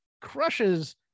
crushes